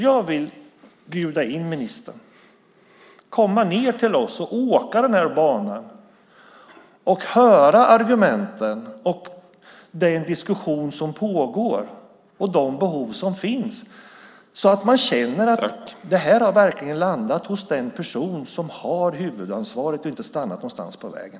Jag vill därför bjuda in ministern att besöka oss, åka banan och lyssna på argumenten och den diskussion som pågår om de behov som finns. På det sättet kan de som berörs av detta känna att ärendet verkligen landar hos den person som har huvudansvaret i stället för att fastna någonstans på vägen.